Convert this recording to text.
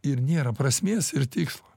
ir nėra prasmės ir tikslo